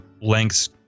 lengths